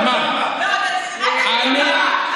תתבייש לך, תתבייש לך, אתה צריך להתבייש.